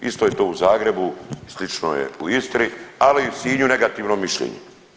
Isto je to u Zagrebu, slično je u Istri, ali i u Sinju negativno mišljenje.